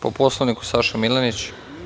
Po Poslovniku, Saša Milenić.